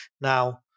Now